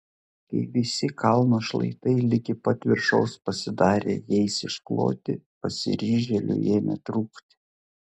kai visi kalno šlaitai ligi pat viršaus pasidarė jais iškloti pasiryžėlių ėmė trūkti